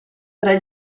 tre